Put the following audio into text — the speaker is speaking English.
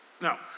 Now